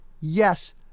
yes